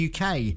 UK